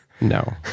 No